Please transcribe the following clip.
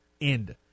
end